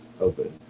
open